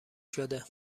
شده